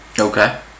Okay